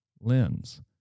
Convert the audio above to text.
lens